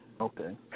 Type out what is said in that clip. Okay